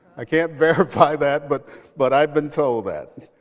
i can't verify that, but but i've been told that.